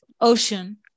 ocean